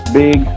big